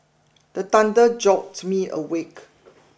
the thunder jolt me awake